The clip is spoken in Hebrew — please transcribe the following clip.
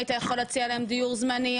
היית יכול להציע להם דיור זמני,